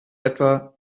etwa